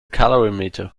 calorimeter